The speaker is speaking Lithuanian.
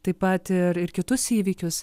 tai pat ir ir kitus įvykius